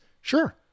Sure